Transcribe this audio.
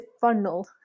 funnel